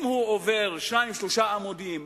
אם הוא 2-3 עמודים,